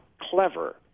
clever